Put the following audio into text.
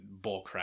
bullcrap